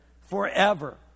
forever